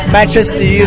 Manchester